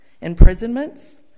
imprisonments